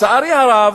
לצערי הרב,